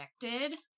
connected